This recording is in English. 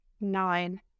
Nine